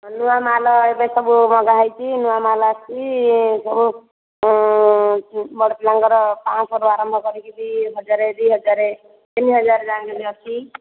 ନୂଆ ମାଲ ଏବେ ସବୁ ମଗା ହୋଇଛି ନୂଆ ମାଲ ଅସିଛି ସବୁ ବଡ଼ ପିଲା ଙ୍କର ପାଞ୍ଚଶହ ଟଙ୍କାରୁ ଆରମ୍ଭ କରିକି ରି ହଜାରେ ଦୁଇହଜାର ତିନିହଜାର ଯାଏଁ ବି ଅଛି